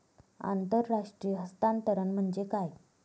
आंतरराष्ट्रीय हस्तांतरण म्हणजे काय?